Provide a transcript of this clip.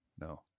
No